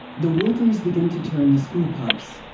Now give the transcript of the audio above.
the workers begin to turn the screw pumps,